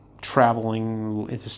traveling